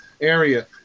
area